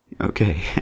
Okay